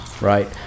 right